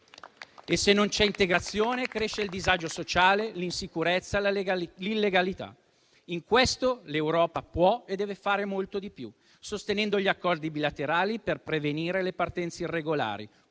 Se non c'è integrazione, crescono il disagio sociale, l'insicurezza e l'illegalità. In questo l'Europa può e deve fare molto di più, sostenendo gli accordi bilaterali per prevenire le partenze irregolari,